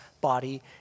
body